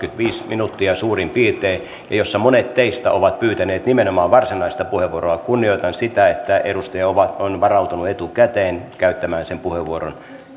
minuuttia suurin piirtein ja jossa monet teistä ovat pyytäneet nimenomaan varsinaista puheenvuoroa kunnioitan sitä että edustaja on varautunut etukäteen käyttämään sen puheenvuoron